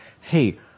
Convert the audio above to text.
Hey